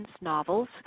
novels